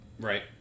right